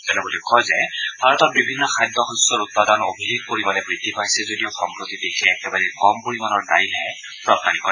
তেওঁ লগতে কয় যে ভাৰতত বিভিন্ন খাদ্য শস্যৰ উৎপাদন অভিলেখ পৰিমাণে বৃদ্ধি পাইছে যদিও সম্প্ৰতি দেশে একেবাৰে কম পৰিমাণৰ দাইলহে ৰপ্তানি কৰে